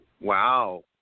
Wow